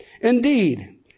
Indeed